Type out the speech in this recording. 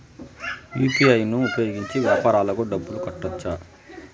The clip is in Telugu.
యు.పి.ఐ ను ఉపయోగించి వ్యాపారాలకు డబ్బులు కట్టొచ్చా?